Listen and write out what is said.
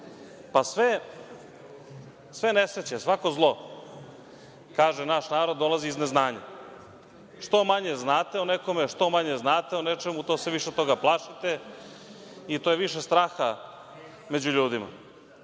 Pa, sve nesreće, svako zlo, kaže narod – dolazi iz neznanja. Što manje znate o nekome, što manje znate o nečemu, to se više toga plašite i to je više straha među ljudima.